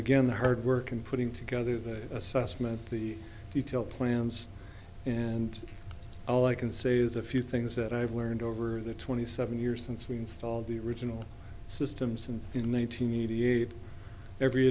again the hard work and putting together the assessment the detailed plans and all i can say is a few things that i've learned over the twenty seven years since we installed the original systems and in one nine hundred eighty eight every